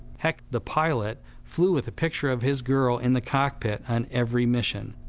heck, the pilot flew with a picture of his girl in the cockpit on every mission.